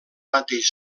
mateix